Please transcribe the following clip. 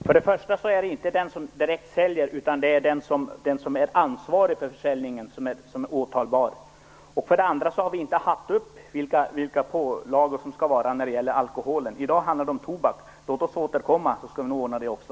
Fru talman! För det första är det inte den som säljer utan den som är ansvarig för försäljningen som är åtalbar. För det andra har vi inte behandlat frågan om påföljder när det gäller alkoholen. I dag handlar det om tobak. Men låt oss återkomma så skall vi nog ordna det också!